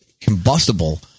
combustible